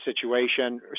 situation